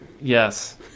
Yes